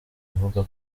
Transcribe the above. avuga